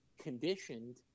conditioned